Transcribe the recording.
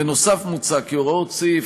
בנוסף, מוצע כי הוראות סעיף